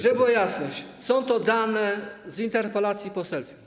Żeby była jasność, są to dane z interpelacji poselskich.